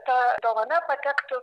ta dovana patektų